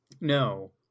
No